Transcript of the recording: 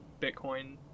Bitcoin